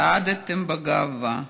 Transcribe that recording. צעדתם בגאווה,